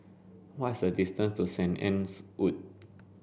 what is the distance to Saint Anne's Wood